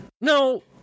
no